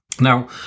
Now